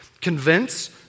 Convince